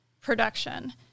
production